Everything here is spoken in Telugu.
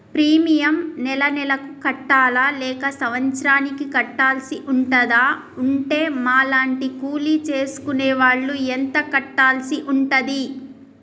ప్రీమియం నెల నెలకు కట్టాలా లేక సంవత్సరానికి కట్టాల్సి ఉంటదా? ఉంటే మా లాంటి కూలి చేసుకునే వాళ్లు ఎంత కట్టాల్సి ఉంటది?